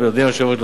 אדוני היושב-ראש,